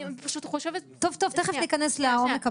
תכף ניכנס לעומק הפרטים.